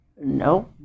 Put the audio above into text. No